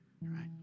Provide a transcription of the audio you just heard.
right